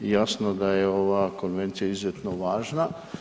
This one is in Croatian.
Jasno da je ova konvencija izuzetno važna.